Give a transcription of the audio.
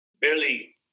barely